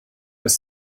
ist